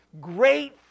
great